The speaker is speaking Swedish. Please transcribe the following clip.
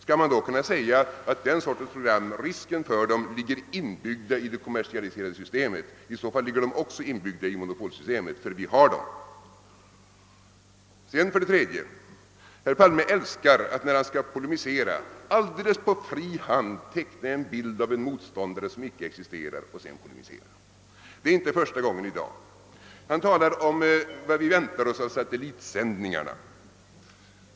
Kan man då säga att risken för den sortens program ligger inbyggd i det kommersialiserade systemet? I så fall ligger den också inbyggd i monopolsystemet, ty vi har dessa program. Herr Palme älskar att på fri hand teckna en bild av en motståndare som inte existerar och sedan polemisera mot honom. Det är i dag inte första gången han gör det. Han talar om vad vi förväntar oss av satellitsändningarna.